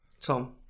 Tom